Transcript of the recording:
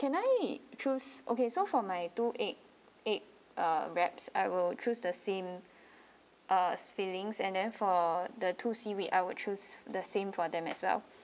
can I choose okay so for my two egg egg uh wraps I will choose the same uh filings and then for the two seaweed I would choose the same for them as well